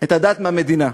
את הדת מהמדינה.